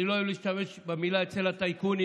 אני לא אוהב להשתמש במילה אצל הטייקונים,